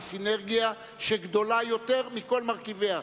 היא סינרגיה שגדולה מכל מרכיביה,